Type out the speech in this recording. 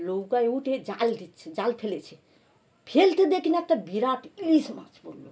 নৌকায় উঠে জাল দিচ্ছে জাল ফেলেছে ফেলতে দেখি না একটা বিরাট ইলিশ মাছ পড়লো